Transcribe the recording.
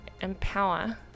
empower